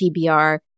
TBR